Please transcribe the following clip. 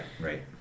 right